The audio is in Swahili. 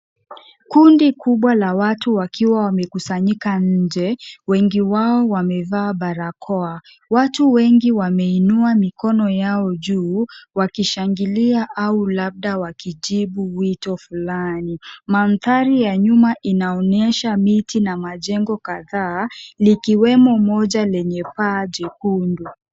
Kundi kubwa la watu wakiwa wamekusanyika nje. Wengi wao wamevaa barakao. Watu wengi wameinua mikono yao juu, wakishangilia, au labda wakijibu wito fulani. Mandhari ya nyuma inaonyesha miti na majengo kadhaa, likiwemo moja lenye paa jekundu.